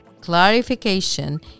clarification